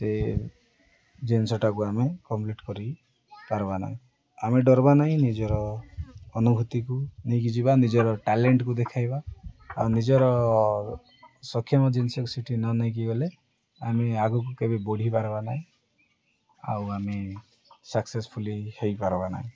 ସେ ଜିନିଷଟାକୁ ଆମେ କମ୍ପ୍ଲିଟ୍ କରିପାରିବା ନାହିଁ ଆମେ ଡରବା ନାଇଁ ନିଜର ଅନୁଭୂତିକୁ ନେଇକି ଯିବା ନିଜର ଟ୍ୟାଲେଣ୍ଟକୁ ଦେଖାଇବା ଆଉ ନିଜର ସକ୍ଷମ ଜିନିଷକୁ ସେଠି ନ ନେଇକି ଗଲେ ଆମେ ଆଗକୁ କେବେ ବଢ଼ିପାରବା ନାହିଁ ଆଉ ଆମେ ସାକ୍ସେସଫୁଲି ହେଇପାରବା ନାହିଁ